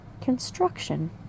construction